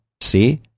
See